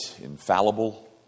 infallible